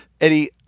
Eddie